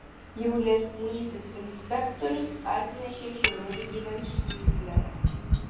jaunesnysis inspektorius atnešė chirurgines žnyples